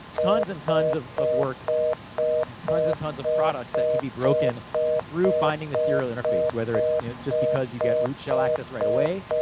tons and tons of of work, and ah tons and tons of products that can be broken through finding the serial interface. whether it's just because you get root shell access right away,